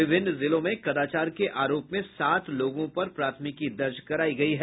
विभिन्न जिलों में कदाचार के आरोप में सात लोगों पर प्राथमिकी दर्ज करायी गयी है